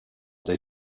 they